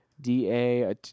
DA